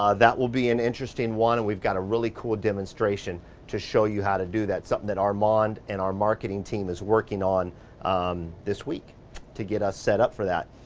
um that will be an interesting one and we've got a really cool demonstration to show you how to do that, something that armand and our marketing team is working on this week to get us set up for that.